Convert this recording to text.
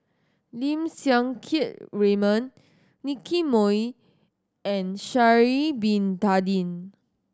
Lim Siang Keat Raymond Nicky Moey and Sha'ari Bin Tadin